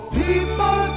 people